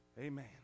Amen